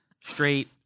straight